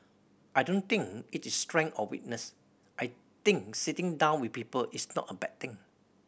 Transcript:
I don't think it is strength or weakness I think sitting down with people is not a bad thing